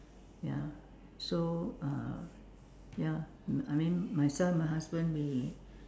ya so uh ya I mean myself and my husband we